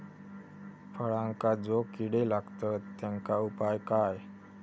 फळांका जो किडे लागतत तेनका उपाय काय?